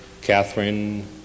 Catherine